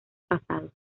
pasados